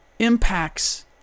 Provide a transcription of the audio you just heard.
impacts